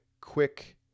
quick